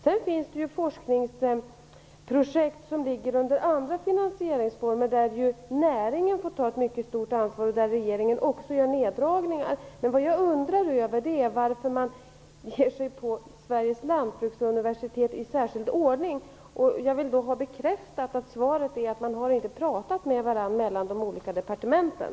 Sedan finns det ju forskningsprojekt som ligger under andra finansieringsformer där näringen får ta ett mycket stor ansvar och där regeringen också gör neddragningar. Vad jag undrar över är varför man ger sig på Sveriges lantbruksuniversitet i särskild ordning. Jag vill därför ha bekräftat att svaret på den frågan är att man inte har pratat med varandra mellan de olika departementen.